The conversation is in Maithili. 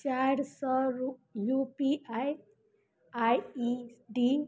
चारि सए रु U P I I E D